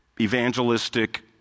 evangelistic